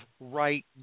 right